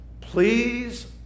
Please